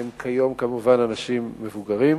הם כיום כמובן אנשים מבוגרים.